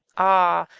ah!